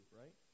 right